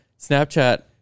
Snapchat